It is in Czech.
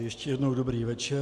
Ještě jednou dobrý večer.